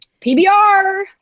PBR